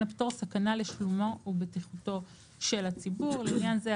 הפטור סכנה לשלומו או בטיחותו של הציבור; לעניין זה,